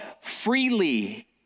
Freely